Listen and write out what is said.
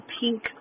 pink